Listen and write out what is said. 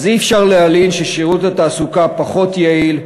אז אי-אפשר להלין ששירות התעסוקה פחות יעיל,